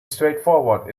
straightforward